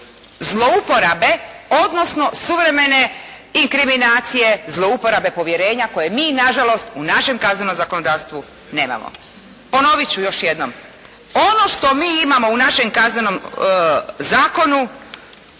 zlouporabe odnosno suvremene inkriminacije, zlouporabe povjerenja koje mi na žalost u našem kaznenom zakonodavstvu nemamo. Ponovit ću još jednom. Ono što mi imamo u našem Kaznenom zakonu